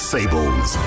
Sables